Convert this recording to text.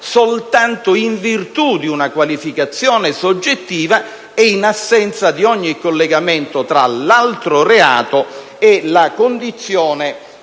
soltanto in virtù di una qualificazione soggettiva e in assenza di ogni collegamento tra l'altro reato e la condizione